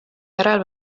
järel